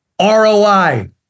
ROI